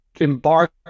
Embark